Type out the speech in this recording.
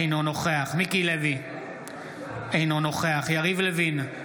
אינו נוכח מיקי לוי, אינו נוכח יריב לוין,